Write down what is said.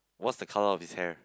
what's the colour of his hair